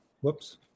whoops